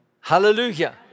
Hallelujah